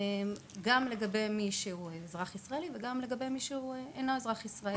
גם באשר לאדם שהוא אזרח ישראלי וגם באשר לאדם שאינו אזרח ישראלי.